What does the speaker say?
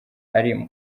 ari